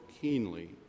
keenly